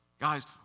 Guys